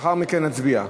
לאחר מכן נצביע.